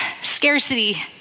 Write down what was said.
scarcity